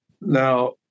now